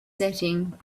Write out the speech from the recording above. setting